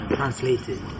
translated